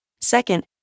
Second